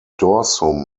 dorsum